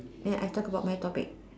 then I talk about my topic